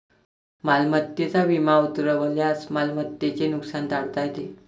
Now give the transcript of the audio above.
मालमत्तेचा विमा उतरवल्यास मालमत्तेचे नुकसान टाळता येते